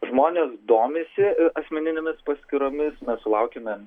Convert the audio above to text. žmonės domisi asmeninėmis paskyromis sulaukiame